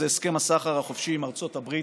זה הסכם הסחר החופשי עם ארצות הברית.